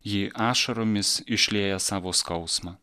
ji ašaromis išlieja savo skausmą